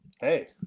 Hey